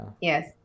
yes